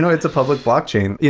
it's a public blockchain. yeah